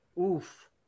oof